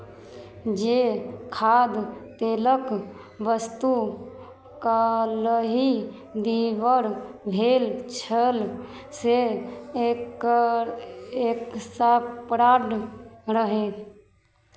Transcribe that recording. जे खाद्य तेलक वस्तु काल्हि डिलीवर भेल छल से एकर एक रहै